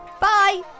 Bye